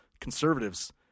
conservatives